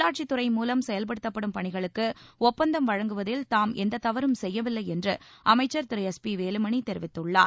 உள்ளாட்சித்துறை மூலம் செயல்படுத்தப்படும் பணிகளுக்கு அப்பந்தம் வழங்குவதில தாம் எந்தத் செய்யவில்லை தவறும் என்று அமைச்சர் திரு எஸ் பி வேலுமணி தெரிவித்துள்ளார்